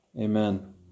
amen